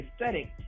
aesthetic